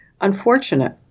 unfortunate